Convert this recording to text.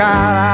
God